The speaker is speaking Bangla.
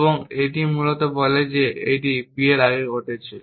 এবং এই মূলত বলে যে একটি b এর আগে ঘটছে